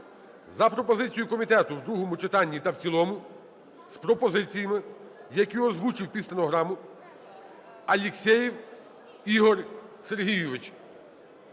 за пропозицією комітету в другому читанні та в цілому з пропозиціями, які озвучив під стенограму Алексєєв Ігор Сергійович.